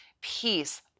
Peace